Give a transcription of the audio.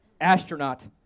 astronaut